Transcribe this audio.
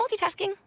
multitasking